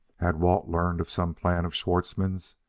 had walt learned of some plan of schwartzmann's?